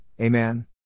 Amen